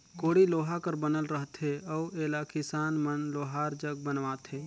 कोड़ी लोहा कर बनल रहथे अउ एला किसान मन लोहार जग बनवाथे